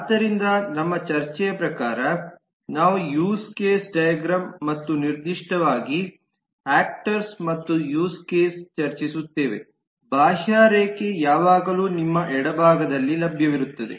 ಆದ್ದರಿಂದ ನಮ್ಮ ಚರ್ಚೆಯ ಪ್ರಕಾರ ನಾವು ಯೂಸ್ ಕೇಸ್ ಡೈಗ್ರಾಮ್ ಮತ್ತು ನಿರ್ದಿಷ್ಟವಾಗಿ ಯಾಕ್ಟರ್ ಮತ್ತು ಯೂಸ್ ಕೇಸ್ ಚರ್ಚಿಸುತ್ತೇವೆ ಬಾಹ್ಯರೇಖೆ ಯಾವಾಗಲೂ ನಿಮ್ಮ ಎಡಭಾಗದಲ್ಲಿ ಲಭ್ಯವಿರುತ್ತದೆ